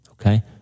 Okay